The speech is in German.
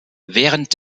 während